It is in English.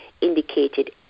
indicated